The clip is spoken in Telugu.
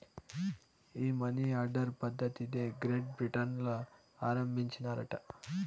ఈ మనీ ఆర్డర్ పద్ధతిది గ్రేట్ బ్రిటన్ ల ఆరంబించినారట